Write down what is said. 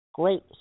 Great